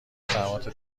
خدمات